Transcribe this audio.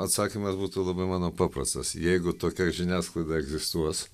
atsakymas būtų labai mano paprastas jeigu tokia žiniasklaida egzistuos